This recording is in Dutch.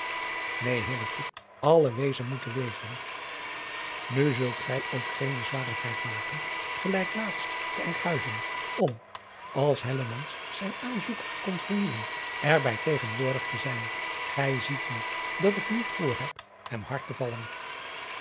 een alle wezen moeten wezen u zult gij ook geene zwarigheid maken gelijk laatst te nkhuizen om als zijn aanzoek komt vernieuwen er bij tegenwoordig te zijn ij ziet nu dat ik niet voor heb hem hard te vallen